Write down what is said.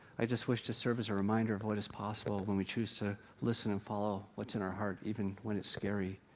i just wish to serve as a reminder of what is possible when we choose to listen and follow what's in our heart, even when it's scary.